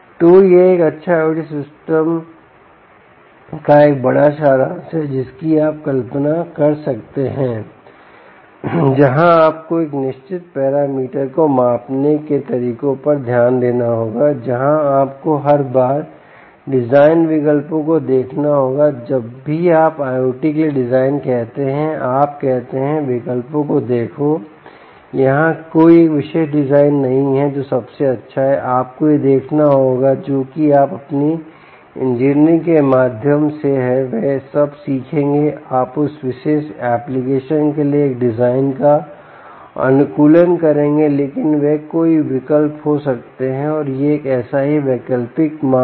तो यह एक अच्छा IOT सिस्टम का एक बड़ा सारांश है जिसकी आप कल्पना कर सकते हैं जहां आपको एक निश्चित पैरामीटर को मापने के तरीकों पर ध्यान देना होगा जहां आपको हर बार डिजाइन विकल्पों को देखना होगा जब भी आप IOT के लिए डिजाइन कहते हैं आप कहते हैं विकल्पों को देखो यहाँ कोई एक विशेष डिजाइन नहीं है जो सबसे अच्छा है आपको यह देखना होगा जोकि आप अपनी इंजीनियरिंग के माध्यम से वह सब सीखेंगे आप उस विशेष एप्लिकेशन के लिए एक डिज़ाइन का अनुकूलन करेंगे लेकिन वे कई विकल्प हो सकते हैं और यह ऐसा ही एक वैकल्पिक माप है